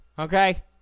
Okay